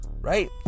Right